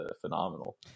phenomenal